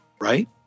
right